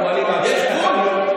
יש גבול.